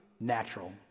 natural